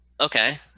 okay